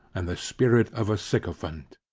and the spirit of a sycophant.